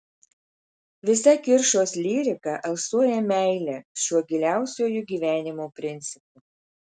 visa kiršos lyrika alsuoja meile šiuo giliausiuoju gyvenimo principu